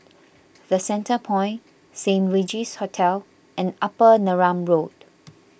the Centrepoint Saint Regis Hotel and Upper Neram Road